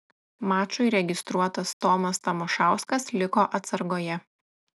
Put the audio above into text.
mačui registruotas tomas tamošauskas liko atsargoje